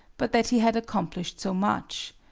but that he had accomplished so much.